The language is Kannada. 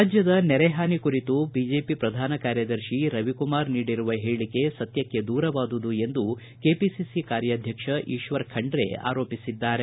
ರಾಜ್ಯದ ನೆರೆ ಹಾನಿ ಕುರಿತು ಬಿಜೆಪಿ ಪ್ರಧಾನ ಕಾರ್ಯದರ್ತಿ ರವಿಕುಮಾರ್ ನೀಡಿರುವ ಹೇಳಿಕೆ ಸತ್ಯಕ್ಷೆ ದೂರವಾದದು ಎಂದು ಕೆಪಿಸಿಸಿ ಕಾರ್ಯಾಥ್ಲಕ್ಷ ಈಶ್ವರ್ ಖಂಡ್ರೆ ಆರೋಪಿಸಿದ್ದಾರೆ